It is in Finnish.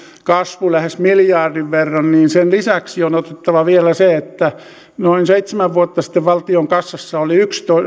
kasvu lähes miljardin verran niin sen lisäksi on otettava vielä se että noin seitsemän vuotta sitten valtion kassassa oli